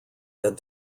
had